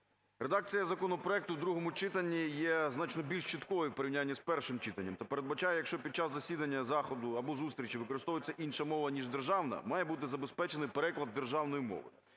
Редакція законопроекту в другому читанні є значно більш чіткою у порівнянні з першим читання та передбачає, якщо під час засідання заходу або зустрічі використовується інша мова, ніж державна, має бути забезпечений переклад державною мовою.